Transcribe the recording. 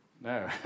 No